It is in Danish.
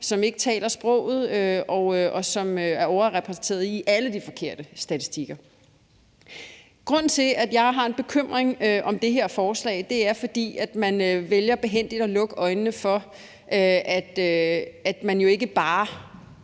som ikke taler sproget, og som er overrepræsenteret i alle de forkerte statistikker. Grunden til, at jeg har en bekymring for det her forslag, er, at man behændigt vælger at lukke øjnene for, at man jo ikke bare